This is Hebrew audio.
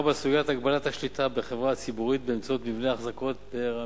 4. סוגיית הגבלת השליטה בחברה ציבורית באמצעות מבנה אחזקות פירמידלי,